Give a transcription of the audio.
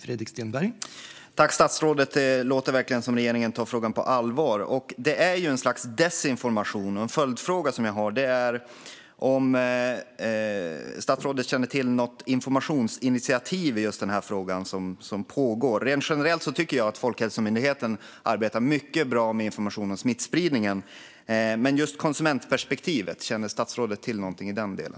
Herr talman! Det låter verkligen som att regeringen tar frågan på allvar. Det är ju ett slags desinformation. Jag har en följdfråga: Känner statsrådet till något informationsinitiativ i just den här frågan? Rent generellt tycker jag att Folkhälsomyndigheten arbetar mycket bra med information om smittspridningen, men jag tänker på konsumentperspektivet. Känner statsrådet till någonting i den delen?